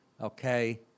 okay